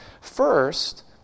First